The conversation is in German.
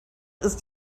ist